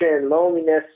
loneliness